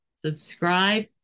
subscribe